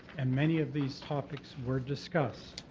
and many of these topics were discussed.